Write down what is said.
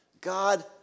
God